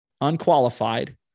unqualified